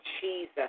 Jesus